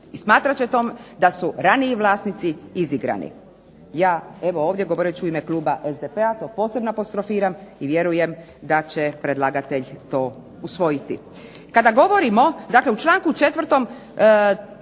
i smatrat će to da su raniji vlasnici izigrani. Ja evo ovdje govoreći u ime kluba SDP-a to posebno apostrofiram i vjerujem da će predlagatelj to usvojiti. Kada govorimo, dakle u članku 4.